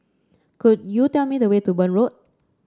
could you tell me the way to Burn Road